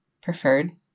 Preferred